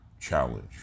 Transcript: challenge